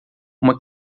uma